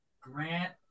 Grant